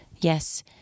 yes